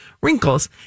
wrinkles